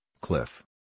cliff